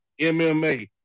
MMA